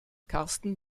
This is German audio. karsten